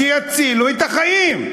שיצילו את החיים.